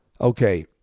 okay